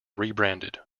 rebranded